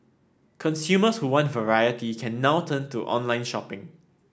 consumers who want variety can now turn to online shopping